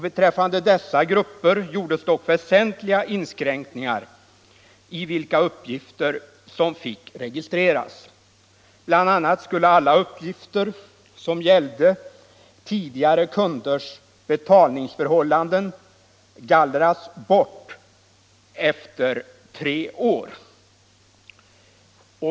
Beträffande dessa grupper gjordes dock väsentliga inskränkningar i vilka uppgifter som fick registreras. Bl. a. skulle alla uppgifter som gällde tidigare kunders betalningsförhållanden gallras bort efter tre år.